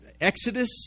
Exodus